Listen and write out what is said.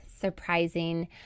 surprising